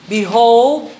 Behold